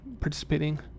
participating